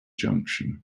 junction